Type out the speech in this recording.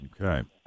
Okay